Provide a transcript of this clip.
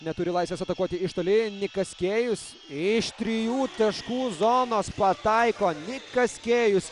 neturi laisvės atakuoti iš toli nikas kėjus iš trijų taškų zonos pataiko nikas kėjus